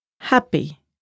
Happy